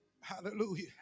Hallelujah